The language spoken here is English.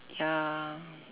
ya